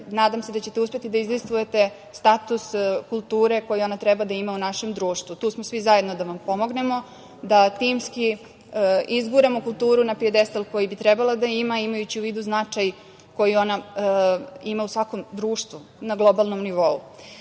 nadam se da ćete uspeti da izdejstvujete status kulture koji ona treba da ima u našem društvu. Tu smo svi zajedno da vam pomognemo da timski izguramo kulturu na pijedestal koji bi trebala da ima, imajući u vidu značaj koji ona ima u svakom društvu na globalnom nivou. Uz